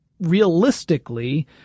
realistically